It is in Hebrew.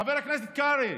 חבר הכנסת קרעי,